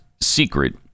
secret